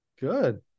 Good